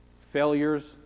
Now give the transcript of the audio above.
failures